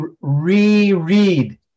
reread